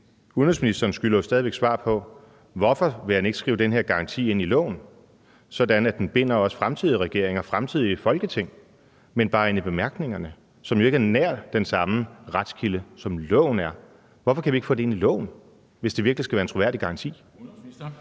udenrigsministeren skylder jo stadig væk svar på, hvorfor han ikke vil skrive den her garanti ind i loven, sådan at den binder også fremtidige regeringer og fremtidige Folketing, men bare ind i bemærkningerne, som jo ikke er nær den samme retskilde, som loven er. Hvorfor kan vi ikke få det ind i loven, hvis det virkelig skal være en troværdig garanti?